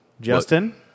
Justin